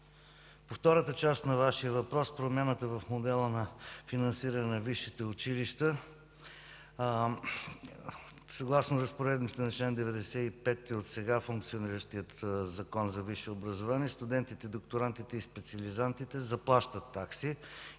По втората част на Вашия въпрос – промяната в модела на финансиране на висшите училища, съгласно разпоредбите на чл. 95 от сега функциониращия Закон за висшето образование, студентите докторантите и специализантите заплащат такси